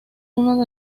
uno